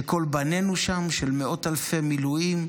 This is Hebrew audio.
שכל בנינו שם, של מאות אלפי מילואים,